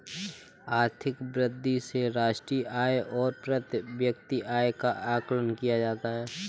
आर्थिक वृद्धि से राष्ट्रीय आय और प्रति व्यक्ति आय का आकलन किया जाता है